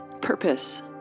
purpose